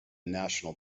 national